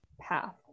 path